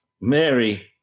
Mary